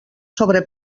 sobre